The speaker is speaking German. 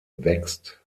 wächst